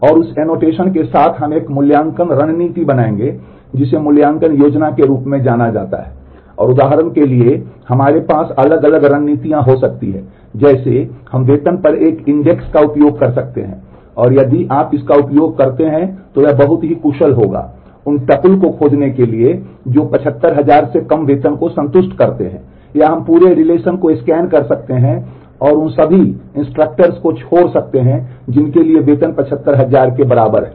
और उस एनोटेशन को छोड़ सकते हैं जिनके लिए वेतन 75000 के बराबर है